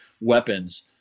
weapons